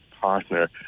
partner